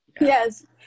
Yes